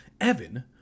Evan